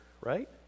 right